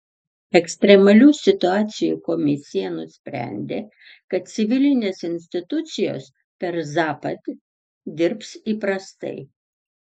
ekstremalių situacijų komisija nusprendė kad civilinės institucijos per zapad dirbs įprastai